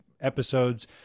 episodes